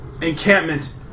encampment